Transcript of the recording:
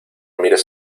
mires